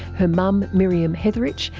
her mum miriam heatherich,